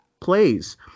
plays